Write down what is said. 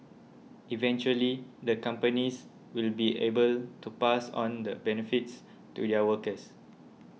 eventually the companies will be able to pass on the benefits to their workers